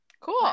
Cool